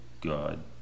God